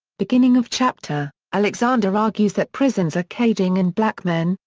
beginning of chapter alexander argues that prisons are caging in black men,